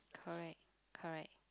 correct correct